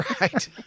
Right